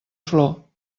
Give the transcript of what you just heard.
flor